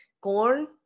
corn